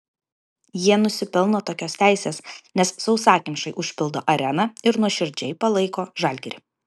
jie nusipelno tokios teisės nes sausakimšai užpildo areną ir nuoširdžiai palaiko žalgirį